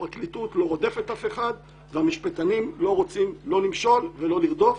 הפרקליטות לא רודפת אף אחד והמשפטנים לא רוצים לא למשול ולא לרדוף.